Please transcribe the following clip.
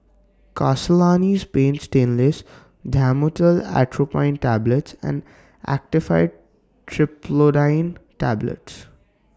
Castellani's Paint Stainless Dhamotil Atropine Tablets and Actifed Triprolidine Tablets